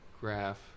graph